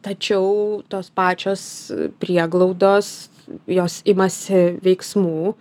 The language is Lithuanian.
tačiau tos pačios prieglaudos jos imasi veiksmų